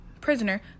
prisoner